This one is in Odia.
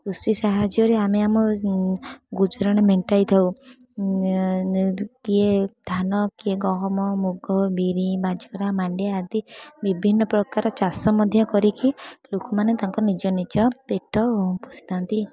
କୃଷି ସାହାଯ୍ୟରେ ଆମେ ଆମର ଗୁଜୁରାଣ ମେଣ୍ଟାଇ ଥାଉ କିଏ ଧାନ କିଏ ଗହମ ମୁଗ ବିରି ବାଜରା ମାଣ୍ଡିଆ ଆଦି ବିଭିନ୍ନ ପ୍ରକାର ଚାଷ ମଧ୍ୟ କରିକି ଲୋକମାନେ ତାଙ୍କ ନିଜ ନିଜ ପେଟ ପୋଷିଥାନ୍ତି